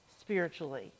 spiritually